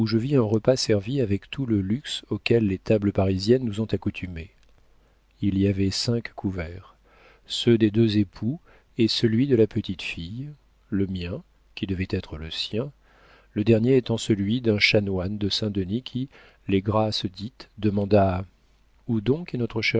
je vis un repas servi avec tout le luxe auquel les tables parisiennes nous ont accoutumés il y avait cinq couverts ceux des deux époux et celui de la petite fille le mien qui devait être le sien le dernier était celui d'un chanoine de saint-denis qui les grâces dites demanda où donc est notre